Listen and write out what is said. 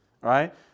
Right